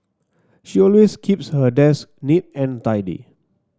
she always keeps her desk neat and tidy